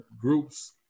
groups